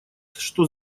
что